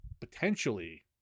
potentially